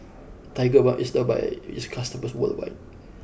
Tigerbalm is loved by its customers worldwide